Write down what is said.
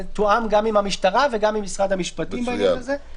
זה תואם גם עם המשטרה וגם עם משרד המשפטים בעניין הזה.